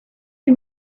you